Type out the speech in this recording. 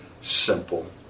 simple